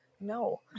no